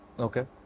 okay